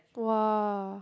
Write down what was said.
!wah!